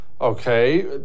Okay